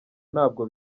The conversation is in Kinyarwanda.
ntabwo